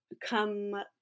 come